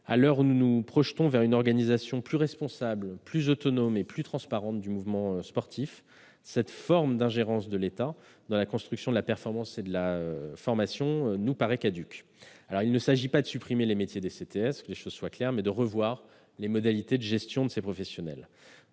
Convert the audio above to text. À l'heure où nous nous projetons vers une organisation plus responsable, plus autonome et plus transparente du mouvement sportif, cette forme d'ingérence de l'État dans la construction de la performance et de la formation paraît caduque. Il s'agit non pas de supprimer les métiers des CTS, mais de revoir les modalités de gestion de ces professionnels.